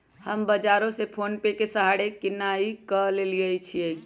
हम बजारो से फोनेपे के सहारे किनाई क लेईछियइ